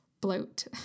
bloat